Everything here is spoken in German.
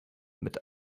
mit